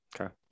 Okay